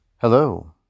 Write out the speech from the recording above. Hello